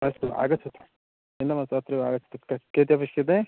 अस्तु आगच्छतु चिन्ता मास्तु अत्रैव आगच्छतु तत् कियत् अ पेक्षते